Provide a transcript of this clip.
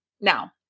Now